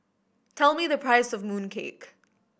tell me the price of mooncake